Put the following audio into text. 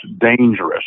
dangerous